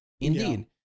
Indeed